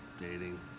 dating